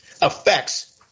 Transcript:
affects